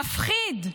מפחיד.